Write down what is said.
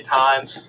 times